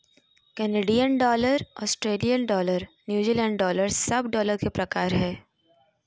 Canadian dollar, Australian dollar, New Zealand dollar सब dollar के प्रकार हय